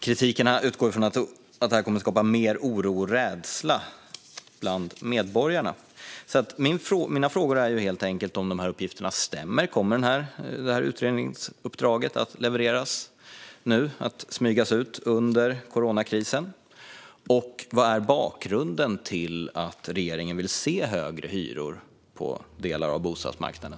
Kritiken utgår från att detta kommer att skapa mer oro och rädsla bland medborgarna. Min fråga är helt enkelt om dessa uppgifter stämmer. Kommer detta utredningsuppdrag att levereras nu, att smygas ut under coronakrisen? Och vad är bakgrunden till att regeringen vill se högre hyror på delar av bostadsmarknaden?